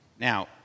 Now